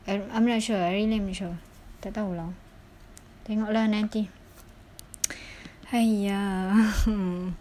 i~ I'm not sure I really not sure tak tahu lah tengok lah nanti !haiya!